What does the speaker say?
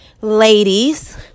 ladies